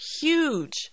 huge